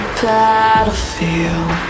battlefield